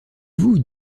vous